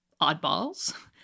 oddballs